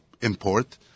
import